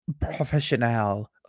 professional